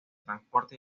transporte